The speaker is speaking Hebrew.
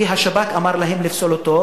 כי השב"כ אמר להם לפסול אותו,